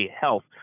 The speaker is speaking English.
Health